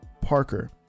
Parker